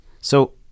So-